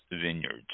Vineyards